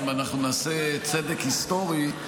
אם אנחנו נעשה צדק היסטורי,